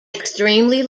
extremely